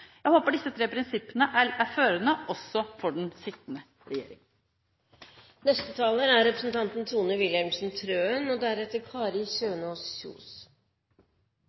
Jeg håper disse tre prinsippene er førende også for den sittende regjering.